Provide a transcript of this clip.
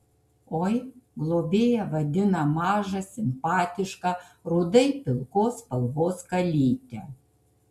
oi globėja vadina mažą simpatišką rudai pilkos spalvos kalytę